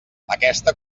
aquesta